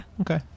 okay